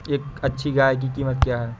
एक अच्छी गाय की कीमत क्या है?